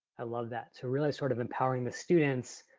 i love that, so really sort of empowering the students,